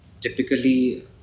typically